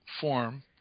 form